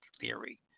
theory